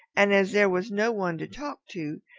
and as there was no one to talk to,